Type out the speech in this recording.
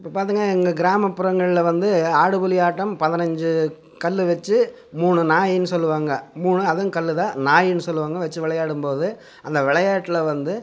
இப்போ பார்த்தீங்கனா எங்கள் கிராமப்புறங்களில் வந்து ஆடுபுலி ஆட்டம் பதினஞ்சி கல் வச்சு மூணு நாயின்னு சொல்லுவாங்க மூணு அதுவும் கல்லுதான் நாயின்னு சொல்லுவாங்க வச்சு விளையாடும்போது அந்த விளையாட்டுல வந்து